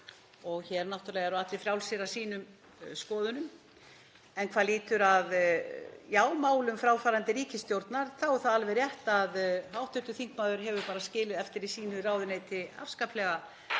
Hér eru náttúrlega allir frjálsir að sínum skoðunum. En hvað lýtur að málum fráfarandi ríkisstjórnar þá er það alveg rétt að hv. þingmaður hefur bara skilið eftir í sínu ráðuneyti afskaplega